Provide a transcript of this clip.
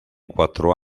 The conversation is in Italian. quattro